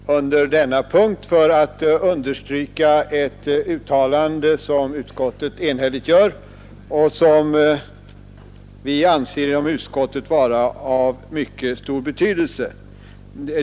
Herr talman! Jag har begärt ordet under denna punkt för att understryka ett uttalande som utskottet enhälligt gör och som vi inom utskottet anser vara av mycket stor betydelse.